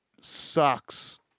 sucks